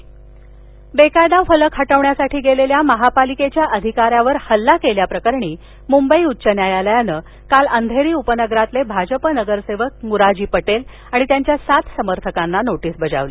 बेकायदा फलक बेकायदा फलक हटवण्यासाठी गेलेल्या महापालिकेच्या अधिका यावर हल्ला केल्याप्रकरणी मुंबई उच्च न्यायालयानं काल अंधेरी उपनगरातील भाजप नगरसेवक मुराजी पटेल आणि त्याच्या सात समर्थकांना नोटीस बजावली